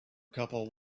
couple